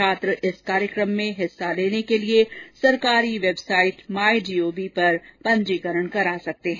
छात्र इस कार्यक्रम में हिस्सा लेने के लिए सरकारी वेबसाइट माई गोव पर पंजीकरण करा सकते हैं